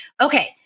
Okay